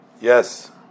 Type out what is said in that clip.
Yes